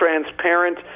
transparent